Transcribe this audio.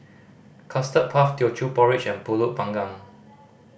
Custard Puff Teochew Porridge and Pulut Panggang